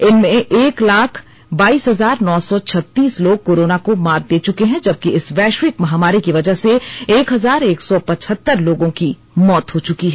इनमें एक लाख बाइस हजार नौ सौ छत्तीस लोग कोरोना को मात दे चूके हैं जबकि इस वैश्विक महामारी की वजह से एक हजार एक सौ पचहतर लोगों की मौत हो चुकी है